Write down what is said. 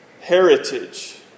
heritage